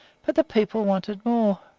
but the people wanted more.